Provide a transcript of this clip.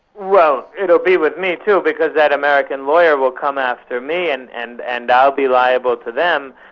well it'll be with me too, because that american lawyer will come after me, and and and i'll be liable to them.